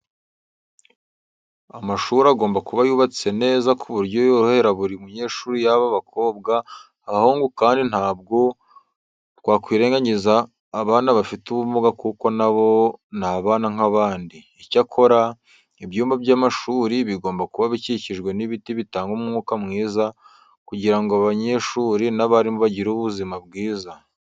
Amashuri agomba kuba yubatse neza ku buryo yorohereza buri munyeshuri yaba abakobwa, abahungu kandi ntabwo twakwirengagiza abana bafite ubumuga kuko na bo ni abana nk'abandi. Icyakora, ibyumba by'amashuri bigomba kuba bikikijwe n'ibiti bitanga umwuka mwiza kugira ngo abanyeshuri n'abarimu bagire ubuzima bwiza.